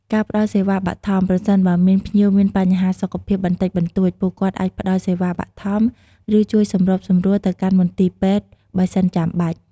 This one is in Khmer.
ការត្រួតពិនិត្យភាពស្អាតនៃចំណីអាហារ ពុទ្ធបរិស័ទយកចិត្តទុកដាក់ខ្ពស់ចំពោះភាពស្អាត និងសុវត្ថិភាពនៃចំណីអាហារដែលបានរៀបចំជូនភ្ញៀវ។